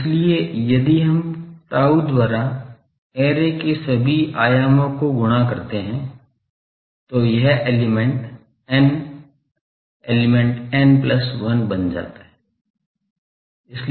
इसलिए यदि हम tau द्वारा ऐरे के सभी आयामों को गुणा करते हैं तो यह element n element n plus 1 बन जाता है